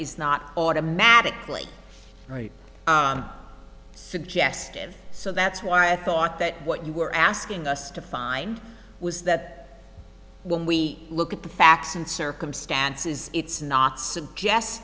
is not automatically right suggestive so that's why i thought that what you were asking us to find was that when we look at the facts and circumstances it's not